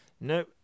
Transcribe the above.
No